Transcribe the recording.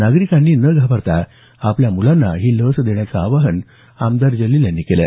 नागरिकांनी न घाबरता आपल्या मुलांना ही लस देण्याचं आवाहन आमदार जलील यांनी केलं